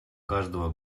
каждого